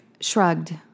shrugged